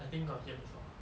I think got hear before